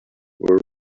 were